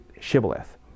Shibboleth